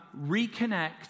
reconnect